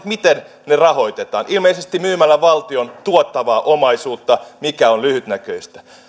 miten ne rahoitetaan ilmeisesti myymällä valtion tuottavaa omaisuutta mikä on lyhytnäköistä